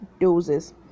doses